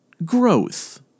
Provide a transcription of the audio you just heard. Growth